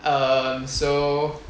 um so